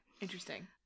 interesting